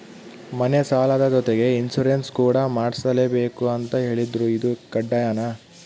ಮನೆ ಸಾಲದ ಜೊತೆಗೆ ಇನ್ಸುರೆನ್ಸ್ ಕೂಡ ಮಾಡ್ಸಲೇಬೇಕು ಅಂತ ಹೇಳಿದ್ರು ಇದು ಕಡ್ಡಾಯನಾ?